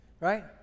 right